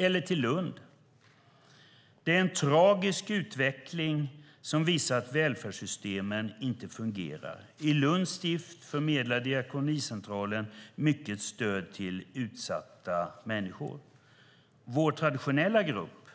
I Lund säger man: "Det är en tragisk utveckling som visar att välfärdssystemen inte fungerar." I Lunds stift förmedlar Diakonicentralen mycket stöd till utsatta människor. Man fortsätter: "Vår traditionella grupp,